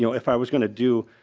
you know if i was going to do